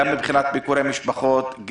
גם מבחינת ביקורי משפחות,